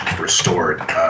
restored